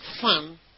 fun